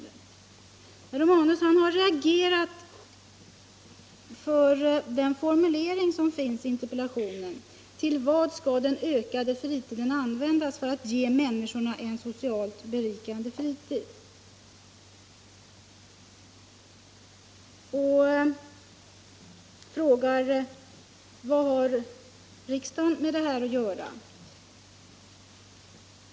Herr Romanus har reagerat för den formulering som finns i interpellationen — ”Till vad skall den ökade fritiden användas för att ge människorna en socialt berikande fritid?” — och frågar vad riksdagen har med detta att göra.